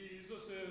jesus